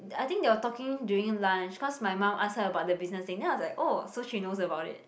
I think they were talking during lunch cause my mom ask her about the business thing then I was like oh so she knows about it